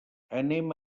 anem